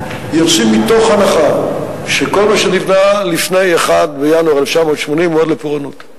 יוצאים מתוך הנחה שכל מה שנבנה לפני 1 בינואר 1980 מועד לפורענות,